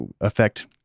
affect